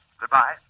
Goodbye